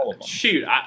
Shoot